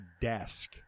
desk